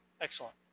Excellent